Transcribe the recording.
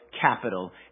Capital